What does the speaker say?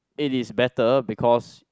it is better because